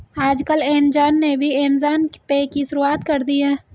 आजकल ऐमज़ान ने भी ऐमज़ान पे की शुरूआत कर दी है